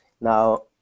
Now